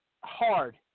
hard